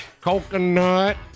Coconut